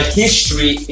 history